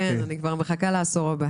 תודה רבה.